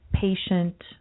patient